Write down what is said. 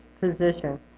position